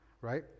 right